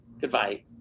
Goodbye